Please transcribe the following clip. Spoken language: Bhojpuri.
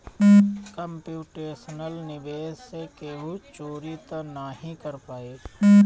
कम्प्यूटेशनल निवेश से केहू चोरी तअ नाही कर पाई